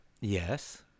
Yes